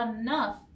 enough